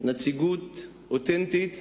נציגות אותנטית אמיתית,